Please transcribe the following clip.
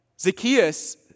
Zacchaeus